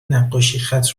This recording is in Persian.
نقاشیخط